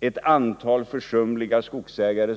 ett antal försumliga skogsägare.